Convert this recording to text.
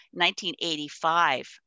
1985